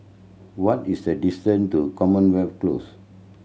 what is the distance to Commonwealth Close